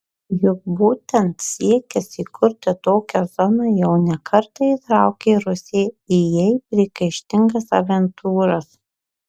juk būtent siekis įkurti tokią zoną jau ne kartą įtraukė rusiją į jai pragaištingas avantiūras